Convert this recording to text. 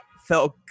felt